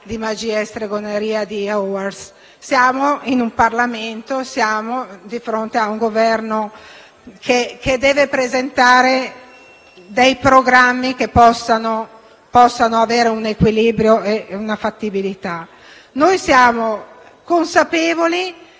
di magia e stregoneria di Hogwarts, ma siamo in un Parlamento, di fronte a un Governo che deve presentare dei programmi che possano avere un equilibrio e una fattibilità. Noi siamo consapevoli